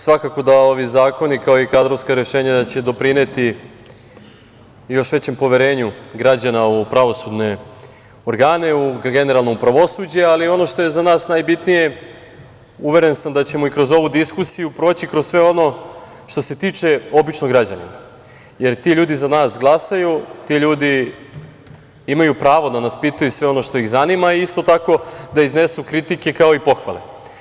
Svakako da će ovi zakoni, kao i kadrovska rešenja, doprineti još većem poverenju građana u pravosudne organe, generalno u pravosuđe, ali, ono što je za nas najbitnije, uveren sam da ćemo kroz ovu diskusiju proći kroz sve ono što se tiče običnog građanina, jer ti ljudi za nas glasaju, ti ljudi imaju pravo da nas pitaju sve ono što ih zanima i isto tako da iznesu kritike, kao i pohvale.